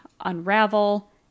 Unravel